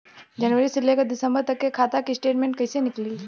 जनवरी से लेकर दिसंबर तक के खाता के स्टेटमेंट कइसे निकलि?